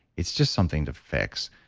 it's just something to fix.